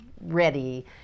ready